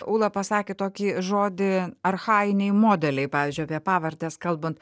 ūla pasakė tokį žodį archainiai modeliai pavyzdžiui apie pavardes kalbant